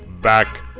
Back